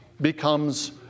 becomes